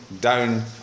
down